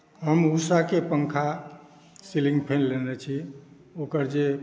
हम उषाके पँखा सिलिन्ग फैन लेने छी ओकर जे